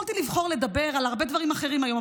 יכולתי לבחור לדבר על הרבה דברים אחרים היום,